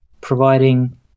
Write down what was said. providing